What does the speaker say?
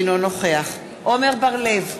אינו נוכח עמר בר לב,